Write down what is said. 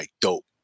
dope